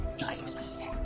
Nice